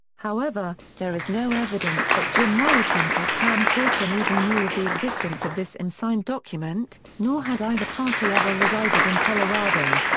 however, there is no evidence that jim morrison or pam courson even knew of the existence of this unsigned document, nor had either party ever resided in colorado.